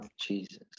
Jesus